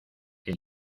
que